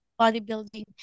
bodybuilding